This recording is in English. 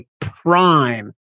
prime